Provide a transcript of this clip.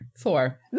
Four